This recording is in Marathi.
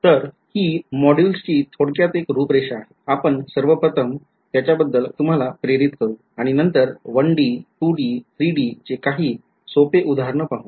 तर हि मॉड्यूलची थोडक्यात एक रूपरेषा आहे आपण सर्वप्रथम त्याच्या बद्दल तुम्हाला प्रेरित करू आणि नंतर 1D 2D 3D चे काही सोपे उदाहरणं पाहू